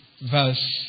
verse